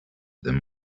them